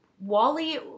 Wally